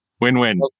win-win